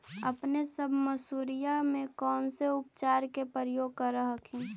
अपने सब मसुरिया मे कौन से उपचार के प्रयोग कर हखिन?